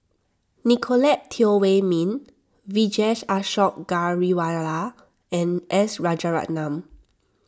Nicolette Teo Wei Min Vijesh Ashok Ghariwala and S Rajaratnam